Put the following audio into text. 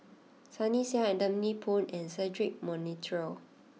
Sunny Sia Anthony Poon and Cedric Monteiro